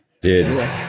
Dude